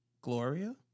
Gloria